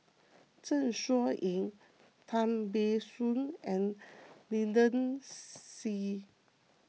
Zeng Shouyin Tan Ban Soon and Lynnette Seah